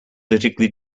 politically